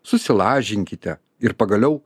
susilažinkite ir pagaliau